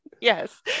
Yes